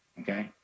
Okay